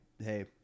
hey